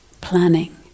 planning